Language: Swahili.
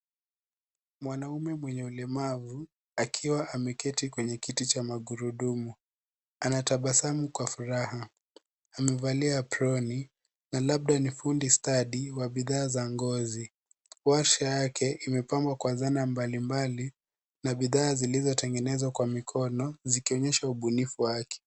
Mwanaume mwenye ulemavu, akiwa ameketi kwenye kiti cha maghrudumu. Anatabasamu kwa furaha, amevalia aproni na labda ni fundi stadi wa bidhaa za ngozi. Washa yake imepambwa kwa zana mbali mbali, na bidhaa zilizotengenezwa kwa mikono zikionyesha ubunifu wake.